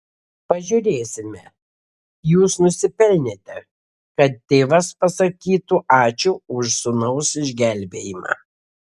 pažiūrėsime jūs nusipelnėte kad tėvas pasakytų ačiū už sūnaus išgelbėjimą